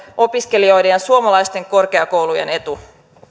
opiskelijoiden ja suomalaisten korkeakoulujen etu